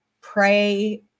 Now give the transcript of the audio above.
pray